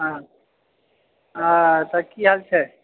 हाँ अच्छा की हाल छै